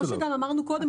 אבל כמו שגם אמרנו קודם,